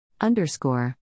Underscore